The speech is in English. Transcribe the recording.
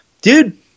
dude